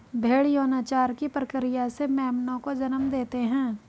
भ़ेड़ यौनाचार की प्रक्रिया से मेमनों को जन्म देते हैं